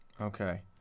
Okay